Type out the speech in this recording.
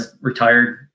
retired